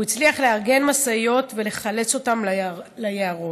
הוא הצליח לארגן משאיות ולחלץ אותם ליערות,